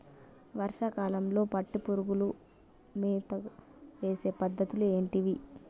వర్షా కాలంలో పట్టు పురుగులకు మేత వేసే పద్ధతులు ఏంటివి?